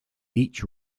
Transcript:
each